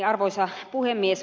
arvoisa puhemies